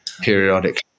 periodically